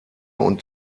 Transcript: und